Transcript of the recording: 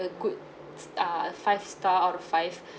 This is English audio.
a good err five star out of five